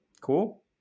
Cool